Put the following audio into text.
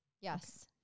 Yes